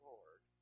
Lord